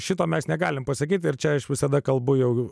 šito mes negalime pasakyti ir čia aš visada kalbu jau